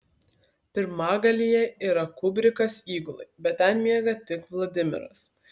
pirmagalyje yra kubrikas įgulai bet ten miega tik vladimiras